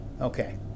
Okay